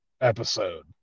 episode